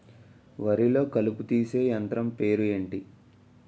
వరి లొ కలుపు తీసే యంత్రం పేరు ఎంటి?